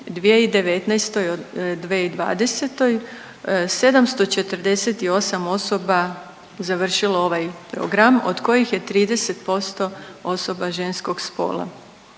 2019. i 2020. 748 osoba završilo ovaj program od kojih je 30% osoba ženskog spola,